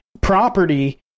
property